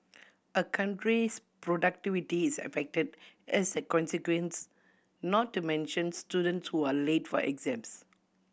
a country's productivity is affected as a consequence not to mention students who are late for exams